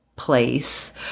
place